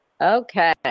Okay